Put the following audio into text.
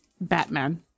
Batman